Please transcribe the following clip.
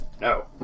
No